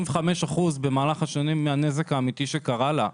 אחוזים במהלך השנים בגין הנזק האמיתי שקרה לה.